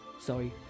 sorry